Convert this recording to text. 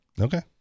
Okay